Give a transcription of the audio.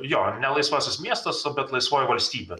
jo ne laisvasis miestas bet laisvoji valstybė